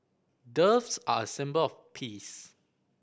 doves are a symbol of peace